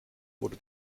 wurde